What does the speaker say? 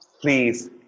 please